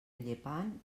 llepant